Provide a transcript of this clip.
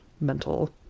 mental